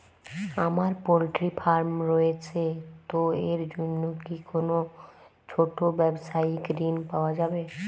আমার poultry farm রয়েছে তো এর জন্য কি কোনো ছোটো ব্যাবসায়িক ঋণ পাওয়া যাবে?